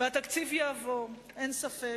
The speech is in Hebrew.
התקציב יעבור, אין ספק.